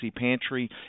Pantry